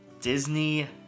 Disney